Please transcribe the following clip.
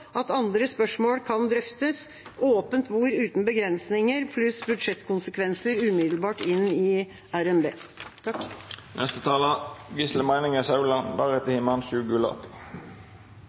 at andre spørsmål kan drøftes, åpent bord uten begrensninger, pluss budsjettkonsekvenser umiddelbart inn i RNB.